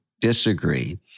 disagree